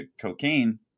cocaine